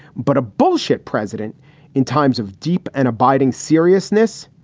but a bullshit president in times of deep and abiding seriousness.